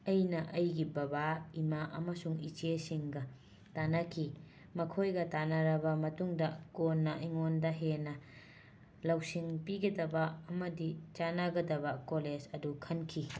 ꯑꯩꯅ ꯑꯩꯒꯤ ꯕꯕꯥ ꯏꯃꯥ ꯑꯃꯁꯨꯡ ꯏꯆꯦꯁꯤꯡꯒ ꯇꯥꯟꯅꯈꯤ ꯃꯈꯣꯏꯒ ꯇꯥꯟꯅꯔꯕ ꯃꯇꯨꯡꯗ ꯀꯣꯟꯅ ꯑꯩꯉꯣꯟꯗ ꯍꯦꯟꯅ ꯂꯧꯁꯤꯡ ꯄꯤꯒꯗꯕ ꯑꯃꯗꯤ ꯆꯥꯟꯅꯒꯗꯕ ꯀꯣꯂꯦꯁ ꯑꯗꯨ ꯈꯟꯈꯤ